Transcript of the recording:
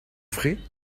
ferez